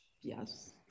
Yes